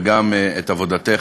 וגם את עבודתך,